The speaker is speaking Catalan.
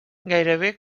gairebé